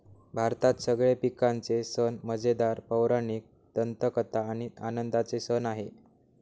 भारतात सगळे पिकांचे सण मजेदार, पौराणिक दंतकथा आणि आनंदाचे सण आहे